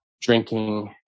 drinking